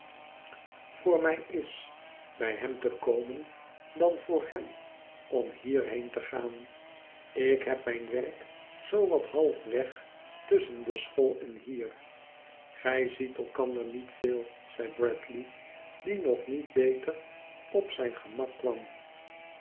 voor mij is bij hem te komen dan voor hem om hierhien te gaan ik heb mijn werk zoo wat halfweg tusschen de school en hier gij ziet elkander niet veel zei bradley die nog niet beter opzijn gemak kwam